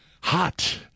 Hot